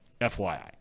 FYI